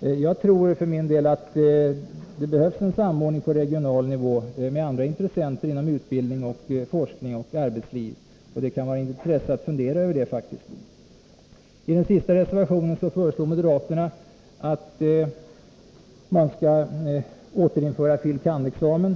Jag tror för min del att det behövs en samordning på regional nivå med andra intressenter inom utbildning, forskning och arbetsliv. Det kan vara av intresse att fundera över det faktiskt. I reservation 8 föreslår moderaterna att man skall återinföra fil. kand.-examen.